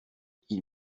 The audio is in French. ils